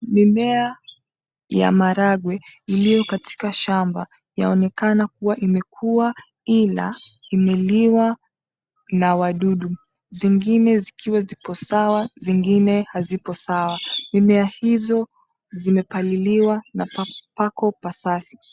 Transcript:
Mimea ya maharangwe iliyo katika shamba inaonekana kwamba imekua ila imeliwa na wadudu zingine zikiwa zipo sawa na zingine hazipo sawa, mimea hizo zimepaliliwa na pako pasafi.